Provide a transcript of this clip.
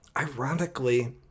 Ironically